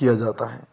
किया जाता है